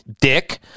dick